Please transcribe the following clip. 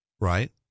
right